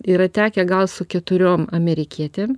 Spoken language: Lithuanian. yra tekę gal su keturiom amerikietėm